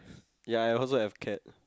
ya I also have cat